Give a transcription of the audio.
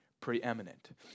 preeminent